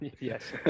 Yes